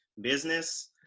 business